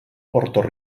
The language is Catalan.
porto